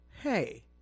Hey